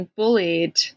bullied